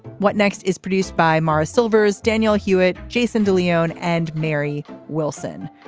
what next? is produced by morris silvers, daniel hewett, jason de leon and mary wilson.